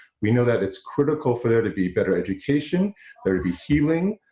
we know that it's critical for there to be better education there to be healing,